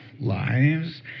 lives